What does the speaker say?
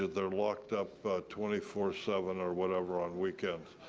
they're locked up twenty four seven or whatever on weekends.